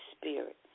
Spirit